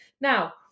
Now